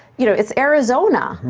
you know, it's arizona,